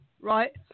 right